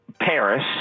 Paris